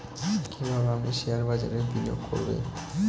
কিভাবে আমি শেয়ারবাজারে বিনিয়োগ করবে?